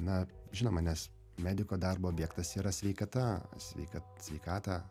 na žinoma nes mediko darbo objektas yra sveikata sveika sveikatą